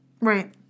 Right